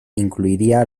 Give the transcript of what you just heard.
incluiría